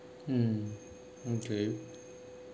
mm okay